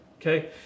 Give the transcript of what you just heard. okay